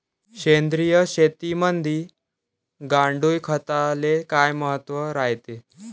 सेंद्रिय शेतीमंदी गांडूळखताले काय महत्त्व रायते?